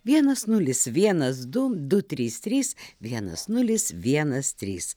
vienas nulis vienas du du trys trys vienas nulis vienas trys